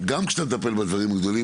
גם כשאתה מדבר בדברים הגדולים,